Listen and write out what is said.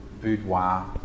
boudoir